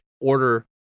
order